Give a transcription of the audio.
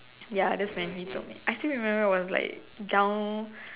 ya that's when he told me I still remember it was like down